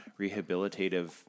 rehabilitative